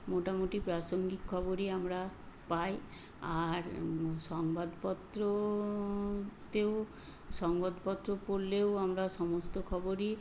মোটামুটি প্রাসঙ্গিক খবরই আমরা পাই আর সংবাদপত্রতেও সংবাদপত্র পড়লেও আমরা সমস্ত খবরই